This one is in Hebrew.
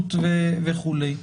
היעילות וכולי.